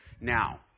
Now